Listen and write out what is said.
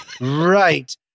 right